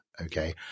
Okay